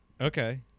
Okay